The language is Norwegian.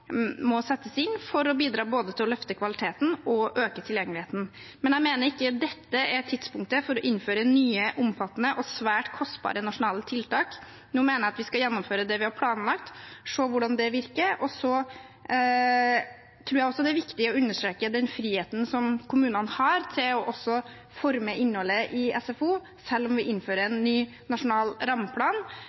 settes inn for å bidra både til å løfte kvaliteten og til å øke tilgjengeligheten, men jeg mener dette ikke er tidspunktet for å innføre nye, omfattende og svært kostbare nasjonale tiltak. Nå mener jeg at vi skal gjennomføre det vi har planlagt, og se hvordan det virker. Jeg tror også det er viktig å understreke den friheten som kommunene har til å forme innholdet i SFO, selv om vi innfører en ny, nasjonal rammeplan.